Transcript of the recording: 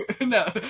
No